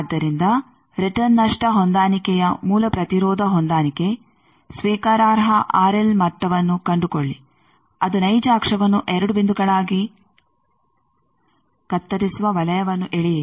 ಆದ್ದರಿಂದ ರಿಟರ್ನ್ ನಷ್ಟ ಹೊಂದಾಣಿಕೆಯ ಮೂಲಕ ಪ್ರತಿರೋಧ ಹೊಂದಾಣಿಕೆ ಸ್ವೀಕಾರಾರ್ಹ ಆರ್ಎಲ್ ಮಟ್ಟವನ್ನು ಕಂಡುಕೊಳ್ಳಿ ಅದು ನೈಜ ಅಕ್ಷವನ್ನು 2 ಬಿಂದುಗಳಾಗಿ ಕತ್ತರಿಸುವ ವಲಯವನ್ನು ಎಳೆಯಿರಿ